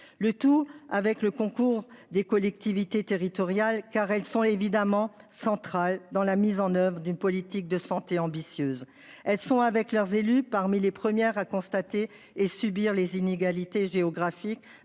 Le tout avec le concours des collectivités territoriales, car elles sont évidemment central dans la mise en oeuvre d'une politique de santé ambitieuse, elles sont avec leurs élus parmi les premières à constater et subir les inégalités géographiques